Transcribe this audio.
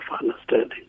understanding